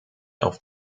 auf